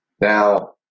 Now